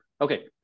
okay